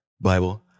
Bible